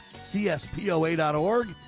CSPOA.org